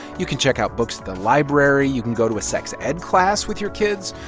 you can check out books at the library. you can go to a sex ed class with your kids.